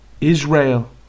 Israel